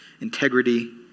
integrity